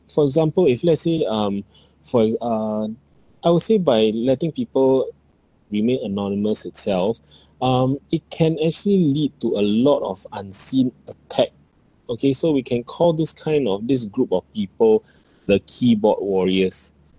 for example if let's say um for uh I would say by letting people remain anonymous itself um it can actually lead to a lot of unseen attack okay so we can call this kind of this group of people the keyboard warriors